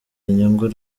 inyungu